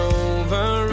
over